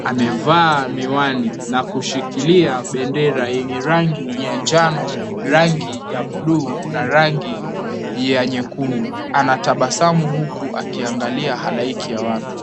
amevaa miwani na kushikilia bendera yenye rangi ya njano, rangi ya buluu na rangi ya nyekundu anatabasamu huku akiangalia halaiki ya watu.